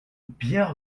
bien